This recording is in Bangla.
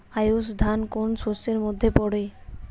আউশ ধান কোন শস্যের মধ্যে পড়ে?